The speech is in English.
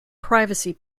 privacy